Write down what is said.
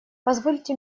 позвольте